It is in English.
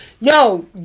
Yo